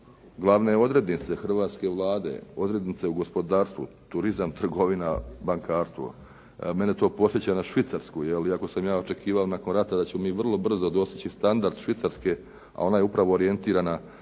glavne odrednice hrvatske Vlade, odrednice u gospodarstvu, turizam, trgovina, bankarstvo. Mene to podsjeća na Švicarsku je li iako sam ja očekivao nakon rata da ćemo mi vrlo brzo dostići standard Švicarske a ona je upravo orijentirana